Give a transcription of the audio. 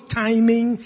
timing